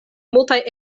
multaj